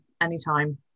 anytime